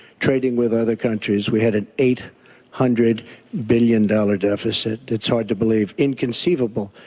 trading with other countries. we had an eight hundred billion dollars deficit. it's hard to believe. inconceivable.